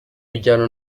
bijyana